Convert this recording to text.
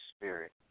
Spirit